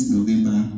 November